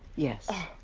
yes.